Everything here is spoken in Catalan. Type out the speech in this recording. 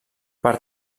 per